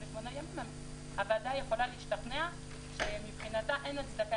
28 ימים הוועדה יכולה להשתכנע שמבחינתה אין הצדקה